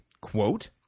Quote